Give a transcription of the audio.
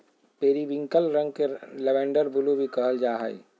periwinkle रंग के lavender blue भी कहल जा हइ